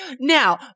now